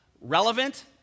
relevant